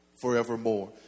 forevermore